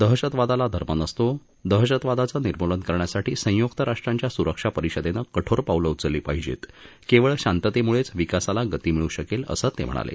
दहशतवादाला धर्म नसतो दहशतवादाचं निर्मलन करण्यासाठी संयुक्त राष्ट्रांच्या सुरक्षा परिषदेनं कठोर पावलं उचलली पाहिजेत केवळ शांततेमुळेच विकासाला गती मिळू शकेल असं ते म्हणाले